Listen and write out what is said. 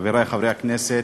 חברי חברי הכנסת,